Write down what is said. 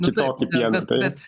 kitokį pieną taip